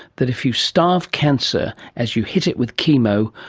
that if you starve cancer as you hit it with chemo,